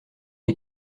est